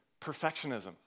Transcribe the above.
perfectionism